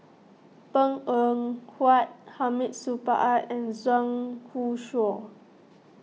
Png Eng Huat Hamid Supaat and Zhang Youshuo